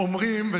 אומרים,